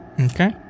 okay